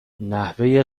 نحوه